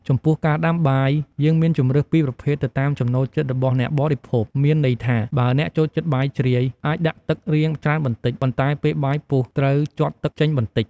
ចំពោះការដាំបាយ យើងមានជម្រើសពីរប្រភេទទៅតាមចំណូលចិត្តរបស់អ្នកបរិភោគ មានន័យថា បើអ្នកចូលចិត្តបាយជ្រាយ អាចដាក់ទឹករាងច្រើនបន្តិច ប៉ុន្តែពេលបាយពុះត្រូវជាត់ទឹកចេញបន្តិច។